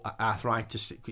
arthritis